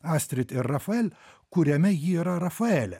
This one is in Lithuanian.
astrid ir rafael kuriame ji yra rafaelė